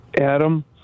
Adam